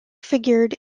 figured